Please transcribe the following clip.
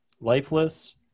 lifeless